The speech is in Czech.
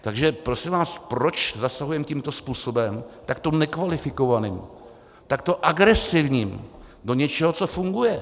Takže prosím vás, proč zasahujeme tímto způsobem, takto nekvalifikovaným, takto agresivním, do něčeho, co funguje?